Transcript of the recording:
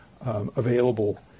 available